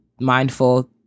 mindful